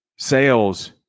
Sales